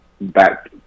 back